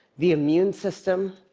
the immune system,